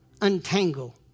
Untangle